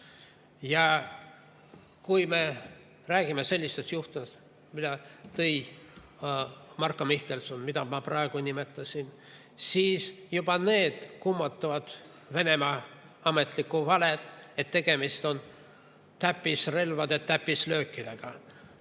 Kui me räägime sellistest juhtudest, mida tõi esile Marko Mihkelson, mida ma praegu nimetasin, siis juba need kummutavad Venemaa ametliku vale, et tegemist on täppisrelvade täppislöökidega.